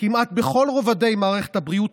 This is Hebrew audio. כמעט בכל רובדי מערכת הבריאות,